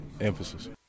emphasis